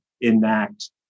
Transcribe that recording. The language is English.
enact